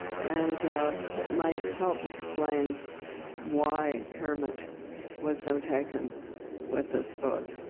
and it might help explain why kermit was so taken with this book.